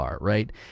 right